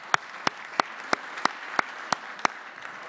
(מחיאות כפיים)